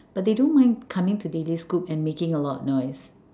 but they don't mind coming to daily scoop and making a lot of noise